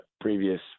previous